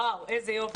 וואו, איזה יופי.